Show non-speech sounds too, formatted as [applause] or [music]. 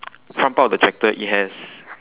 [noise] front part of the tractor it has